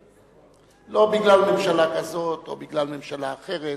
לכאן, לא בגלל ממשלה כזאת או בגלל ממשלה אחרת,